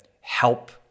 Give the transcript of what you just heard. help